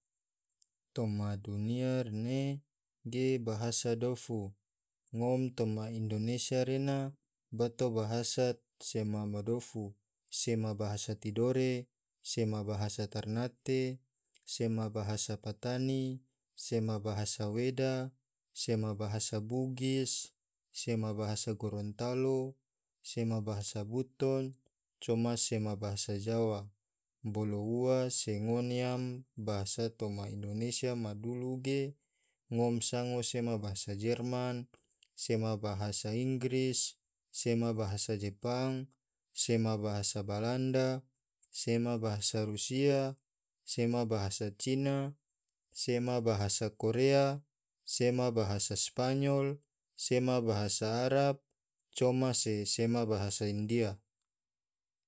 Toma dunia ne ge bahasa dofu ngom toma indonesia re na bato bahasa sema ma dofu, sema bahasa tidore, sema bahasa ternate, sema bahasa patani, sema bahasa weda, sema bahasa bugis, semahasa gorontalo, sema bahasa buton, coma sema jawa bolo ua se ngone yam coma bahasa indonesia ma dulu ge ngom sango sema bahasa jerman, sema bahasa inggris, sema, bahasa jepang, sema bahasa balanda, sema bahasa rusia, sema bahasa cina, sema bahasa korea. sema bahasa spanyol sema bahasa arab coma se sema bahasa india.